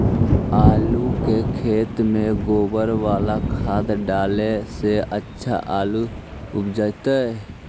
आलु के खेत में गोबर बाला खाद डाले से अच्छा आलु उपजतै?